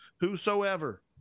whosoever